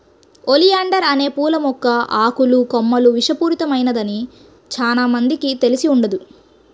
oleander అనే పూల మొక్క ఆకులు, కొమ్మలు విషపూరితమైనదని చానా మందికి తెలిసి ఉండదు